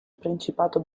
principato